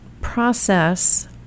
process